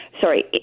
sorry